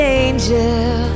angel